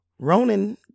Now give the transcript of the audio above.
Ronan